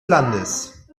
landes